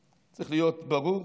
צריך להיות ברור,